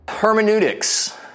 Hermeneutics